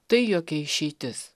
tai jokia išeitis